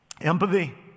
Empathy